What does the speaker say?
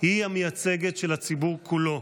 היא המייצגת של הציבור כולו,